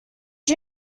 you